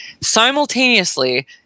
simultaneously